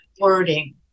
wording